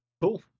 cool